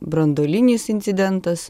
branduolinis incidentas